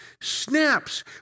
snaps